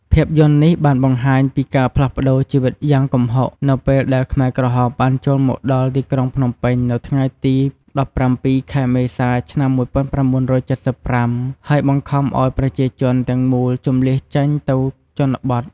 ភាពយន្តនេះបានបង្ហាញពី ការផ្លាស់ប្តូរជីវិតយ៉ាងគំហុក នៅពេលដែលខ្មែរក្រហមបានចូលមកដល់ទីក្រុងភ្នំពេញនៅថ្ងៃទី ១៧ ខែមេសា ឆ្នាំ ១៩៧៥ ហើយបង្ខំឲ្យប្រជាជនទាំងមូលជម្លៀសចេញទៅជនបទ។